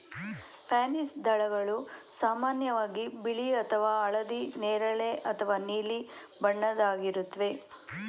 pansy ದಳಗಳು ಸಾಮಾನ್ಯವಾಗಿ ಬಿಳಿ ಅಥವಾ ಹಳದಿ ನೇರಳೆ ಅಥವಾ ನೀಲಿ ಬಣ್ಣದ್ದಾಗಿರುತ್ವೆ